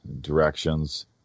directions